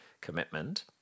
commitment